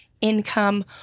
income